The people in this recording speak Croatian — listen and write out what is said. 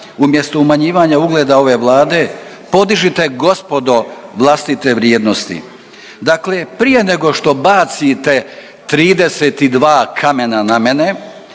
umjesto umanjivanja ugleda ove vlade. Podižite gospodo vlastite vrijednosti. Dakle, prije nego što bacite 32 kamena na mene,